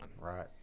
Right